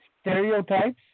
stereotypes